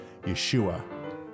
Yeshua